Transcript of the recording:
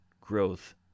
growth